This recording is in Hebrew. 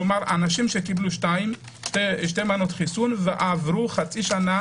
כלומר אנשים שקיבלו שתי מנות חיסון ועברה חצי שנה